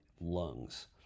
lungs